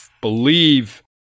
believe